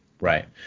right